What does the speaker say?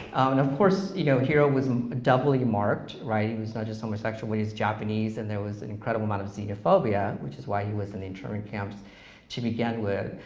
and of course you know jiro was doubly marked. he was not just homosexual, but he's japanese, and there was an incredible amount of xenophobia, which is why he was in the internment camps to begin with,